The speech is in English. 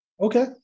Okay